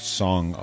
song